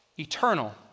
eternal